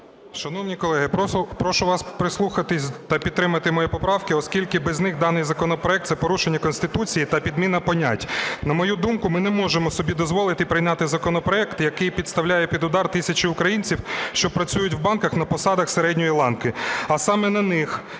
Шановні колеги, прошу вас прислухатися та підтримати мої поправки, оскільки без них даний законопроект – це порушення Конституції та підміна понять. На мою думку, ми не можемо собі дозволити прийняти законопроект, який підставляє під удар тисячі українців, що працюють в банках на посадах середньої ланки,